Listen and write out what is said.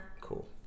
Cool